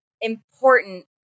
important